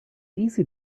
easy